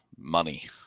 money